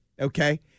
okay